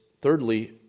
thirdly